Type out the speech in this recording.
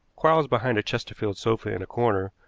quarles behind a chesterfield sofa in a corner,